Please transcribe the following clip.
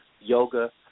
yoga